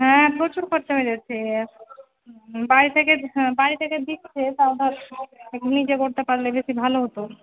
হ্যাঁ প্রচুর খরচা হয়ে যাচ্ছে বাড়ি থেকে হ্যাঁ বাড়ি থেকে দিচ্ছে তাও ধর নিজেও করতে পারলে বেশি ভালো হতো